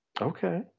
okay